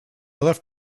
left